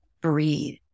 breathe